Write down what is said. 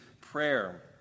prayer